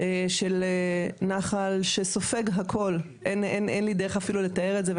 של נחל שסופג הכל, אין לי דרך אפילו לתאר את זה.